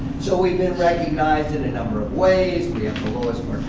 so we've been recognized in a number of ways. we have the lowest